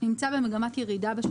נמצא בשנים האחרונות במגמת ירידה,